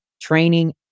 training